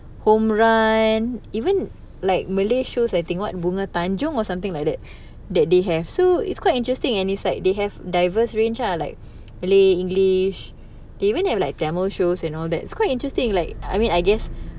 homerun even like malay shows I think what bunga tanjung or something like that that they have so it's quite interesting and it's like they have diverse range lah like malay english they even have like tamil shows and all that it's quite interesting like I mean I guess